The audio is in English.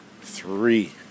three